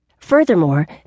Furthermore